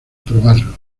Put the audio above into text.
probarlo